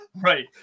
right